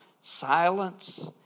Silence